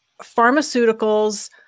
pharmaceuticals